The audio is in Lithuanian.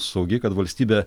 saugi kad valstybė